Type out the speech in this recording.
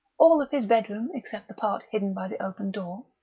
all of his bedroom except the part hidden by the open door,